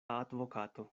advokato